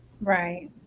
right